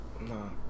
No